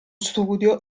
studio